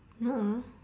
no